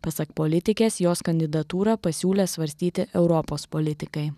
pasak politikės jos kandidatūrą pasiūlė svarstyti europos politikai